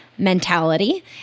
mentality